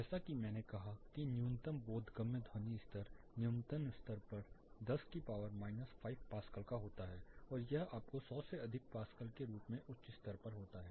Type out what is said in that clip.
जैसा कि मैंने कहा कि न्यूनतम बोधगम्य ध्वनि स्तर न्यूनतम स्तर पर 10 पावर माइनस 5 पास्कल का होता है और यह आपको 100 से अधिक पास्कल के रूप में उच्च स्तर पर होता है